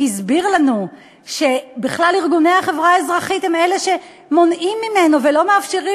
הסביר לנו שבכלל ארגוני החברה האזרחית הם אלה שמונעים ממנו ולא מאפשרים